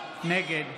נגד